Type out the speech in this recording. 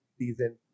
season